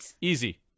Easy